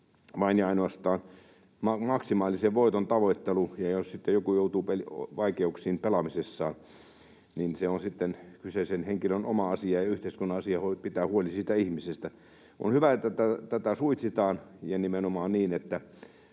vain ja ainoastaan maksimaalisen voiton tavoittelua, ja jos sitten joku joutuu vaikeuksiin pelaamisessaan, niin se on sitten kyseisen henkilön oma asia ja yhteiskunnan asia pitää huoli siitä ihmisestä. On hyvä, että tätä suitsitaan ja nimenomaan niin,